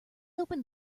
opened